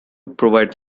provide